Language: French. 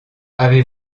avez